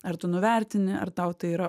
ar tu nuvertini ar tau tai yra